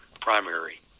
primary